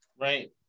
Right